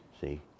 See